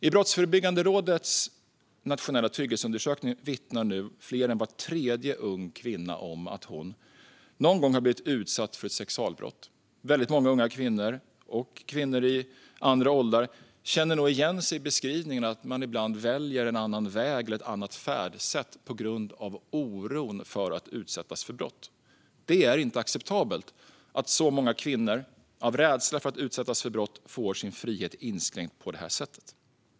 I Brottsförebyggande rådets nationella trygghetsundersökning vittnar nu mer än var tredje ung kvinna om att hon någon gång har blivit utsatt för ett sexualbrott. Många unga kvinnor och även kvinnor i andra åldrar känner nog igen sig i beskrivningen att man ibland väljer en annan väg eller ett annat färdsätt på grund av oro för att utsättas för brott. Det är inte acceptabelt att så många kvinnor, av rädsla för att utsättas för brott, får sin frihet inskränkt på detta sätt.